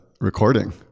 recording